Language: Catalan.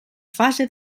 fase